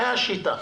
הייתה שיטה.